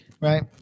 Right